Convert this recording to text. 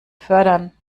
fördern